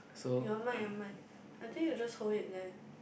your mic your mic I think you just hold it there